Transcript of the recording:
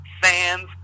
fans